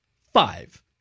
Five